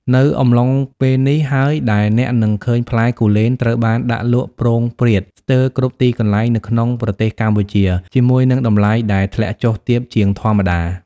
នៅអំឡុងពេលនេះហើយដែលអ្នកនឹងឃើញផ្លែគូលែនត្រូវបានដាក់លក់ព្រោងព្រាតស្ទើរគ្រប់ទីកន្លែងនៅក្នុងប្រទេសកម្ពុជា ជាមួយនឹងតម្លៃដែលធ្លាក់ចុះទាបជាងធម្មតា។